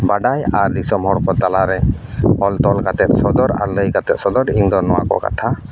ᱵᱟᱰᱟᱭ ᱟᱨ ᱫᱤᱥᱚᱢ ᱦᱚᱲ ᱠᱚ ᱛᱟᱞᱟ ᱨᱮ ᱚᱞ ᱛᱚᱞ ᱠᱟᱛᱮᱫ ᱥᱚᱫᱚᱨ ᱟᱨ ᱞᱟᱹᱭ ᱠᱟᱛᱮᱫ ᱥᱚᱫᱚᱨ ᱤᱧᱫᱚ ᱱᱚᱣᱟ ᱠᱚ ᱠᱟᱛᱷᱟ